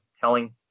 telling